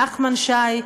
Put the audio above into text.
נחמן שי,